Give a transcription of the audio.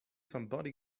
somebody